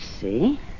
see